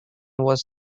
was